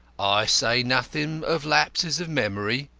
i say nothing of lapses of memory,